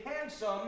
handsome